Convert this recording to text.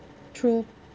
true